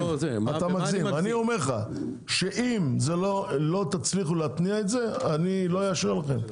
אני אומר לך שאם לא תצליחו להתניע את זה אני לא אאשר לכם,